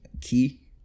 key